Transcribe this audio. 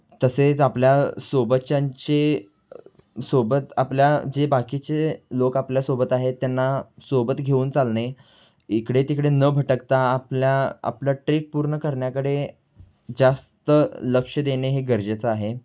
तसेच आपल्या सोबतच्यांचे सोबत आपल्या जे बाकीचे लोक आपल्यासोबत आहेत त्यांना सोबत घेऊन चालणे इकडे तिकडे न भटकता आपल्या आपलं ट्रेक पूर्ण करण्याकडे जास्त लक्ष देणे हे गरजेचं आहे